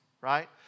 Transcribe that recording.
right